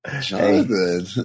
Jonathan